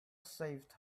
saved